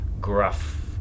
gruff